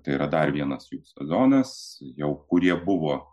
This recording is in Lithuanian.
tai yra dar vienas jų sezonas jau kurie buvo